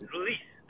Release